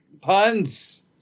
puns